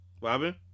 Robin